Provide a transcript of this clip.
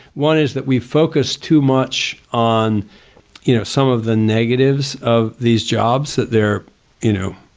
one is that we focus too much on you know some of the negatives of these jobs that they're you know,